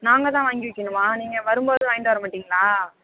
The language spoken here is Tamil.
நாங்கள் தான் வாங்கி வைக்கணுமா நீங்கள் வரும்போது வாங்கிகிட்டு வரமாட்டீங்களா